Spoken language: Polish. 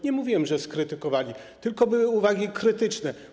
Nie mówiłem, że skrytykowali, tylko że były uwagi krytyczne.